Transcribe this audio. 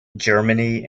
germany